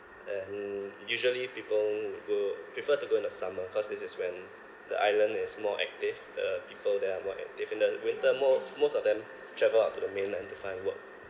and usually people would go prefer to go in the summer cause this is when the island is more active uh people there are more active in the winter most most of them travel out to the mainland to find work